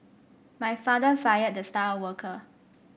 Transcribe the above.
my father fired the star worker